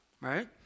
Right